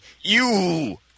you-